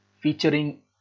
featuring